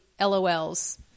LOLs